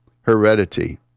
heredity